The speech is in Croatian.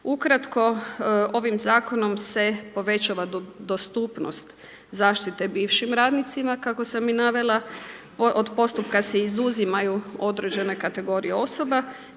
Ukratko ovim zakonom se povećava dostupnost zaštite bivšim radnicima kako sam i navela. Od postupka se izuzimaju određene kategorije osoba